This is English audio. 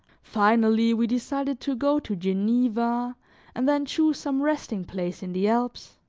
finally, we decided to go to geneva and then choose some resting-place in the alps.